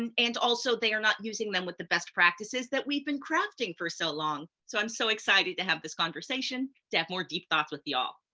and and also, they are not using them with the best practices that we've been crafting for so long. so i'm so excited to have this conversation, to have more deep thoughts with y'all.